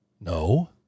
No